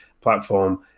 platform